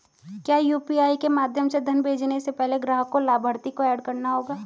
क्या यू.पी.आई के माध्यम से धन भेजने से पहले ग्राहक को लाभार्थी को एड करना होगा?